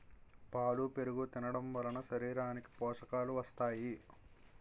పాలు పెరుగు తినడంవలన శరీరానికి పోషకాలు వస్తాయి